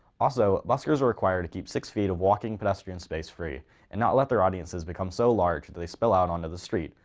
also, buskers are required to keep six feet of walking pedestrian space free and not let their audiences become so large that they spill out onto the street,